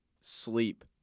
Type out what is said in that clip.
sleep